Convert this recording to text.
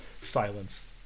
Silence